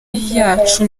yacu